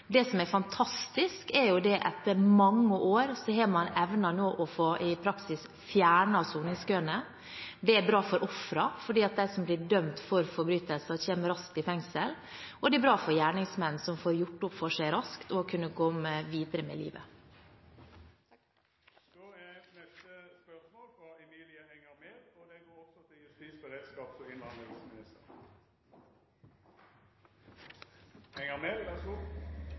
Det som er fantastisk, er jo at etter mange år har man i praksis evnet å få fjernet soningskøene. Det er bra for ofrene, fordi de som blir dømt for forbrytelser, kommer raskt i fengsel, og det er bra for gjerningsmennene, som får gjort opp for seg raskt og kan komme seg videre i livet. «Oslo-politiet henlegger konsekvent saker på grunn av manglende kapasitet, selv i saker med kjent gjerningsmann. I Innlandet politidistrikt ble det